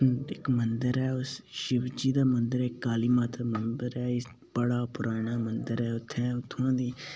इक्क मंदर ऐ शिव जी दा मंदर ऐ काली माता दा मंदर ऐ इस जगह बड़ा पराना मंदर ऐ इत्थुआं दी